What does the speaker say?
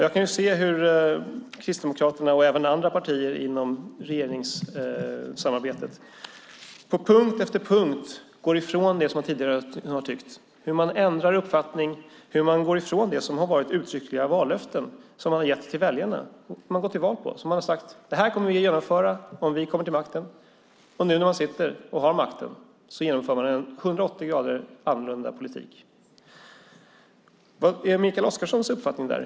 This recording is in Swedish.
Jag kan se hur Kristdemokraterna och även andra partier inom regeringssamarbetet på punkt efter punkt går ifrån det man tidigare har tyckt. Man ändrar uppfattning och går ifrån det som har varit uttryckliga vallöften som man har gett till väljarna och gått till val på. Man har sagt: Det här kommer vi att genomföra om vi kommer till makten. Nu när man sitter och har makten genomför man en 180 graders vridning av politiken. Vad är Mikael Oscarssons uppfattning där?